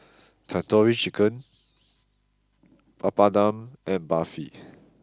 Tandoori Chicken Papadum and Barfi